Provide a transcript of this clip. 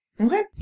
Okay